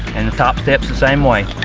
and the top steps, the same way.